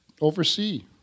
oversee